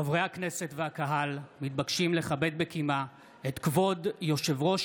חברי הכנסת והקהל מתבקשים לכבד בקימה את כבוד יושב-ראש